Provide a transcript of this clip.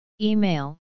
Email